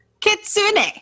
Kitsune